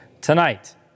tonight